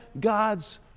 God's